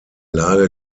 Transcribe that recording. lage